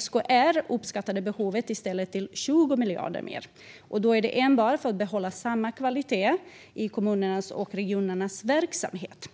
SKR uppskattade behovet till 20 miljarder kronor mer, och då är det enbart för att behålla samma kvalitet i kommunernas och regionernas verksamhet.